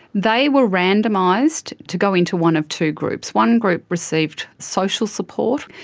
they were randomised to go into one of two groups. one group received social support,